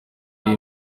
riri